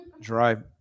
Drive